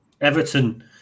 everton